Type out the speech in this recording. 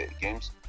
games